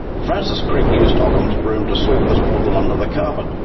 francis crick used ockham's broom to sweep this problem under the carpet.